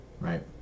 Right